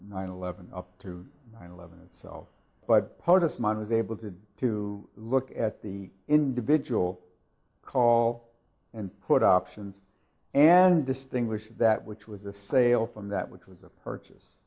nine eleven up to nine eleven so by post money was able to to look at the individual call and put options and distinguish that which was a sale from that which was a purchase